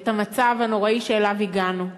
את המצב הנוראי שאליו הגענו.